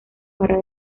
para